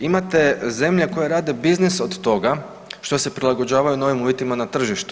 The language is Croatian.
Imate zemlje koje rade biznis od toga što se prilagođavaju novim uvjetima na tržištu.